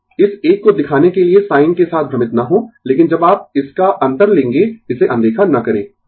तो इस एक को दिखाने के लिए साइन के साथ भ्रमित न हो लेकिन जब आप इसका अंतर लेंगें इसे अनदेखा न करें